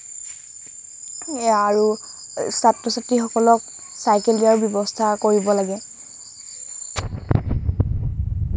আৰু ছাত্ৰ ছাত্ৰীসকলক চাইকেল দিয়াৰ ব্যৱস্থা কৰিব লাগে